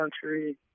country